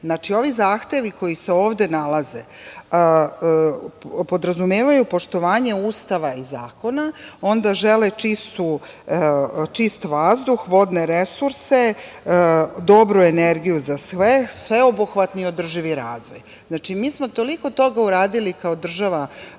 Znači, ovi zahtevi koji se ovde nalaze podrazumevaju poštovanje Ustava i zakona, onda žele čist vazduh, vodne resurse, dobru energiju za sve, sveobuhvatni održivi razvoj. Znači, mi smo toliko toga uradili kao država